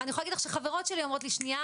אני יכולה להגיד לך שחברות שלי אומרות לי "שניה,